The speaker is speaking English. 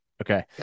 Okay